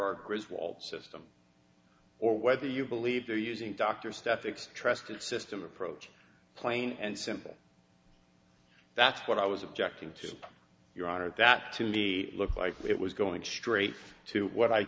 art result system or whether you believe they are using dr stephanie trusted system approach plain and simple that's what i was objecting to your honor that to me it looked like it was going straight to what i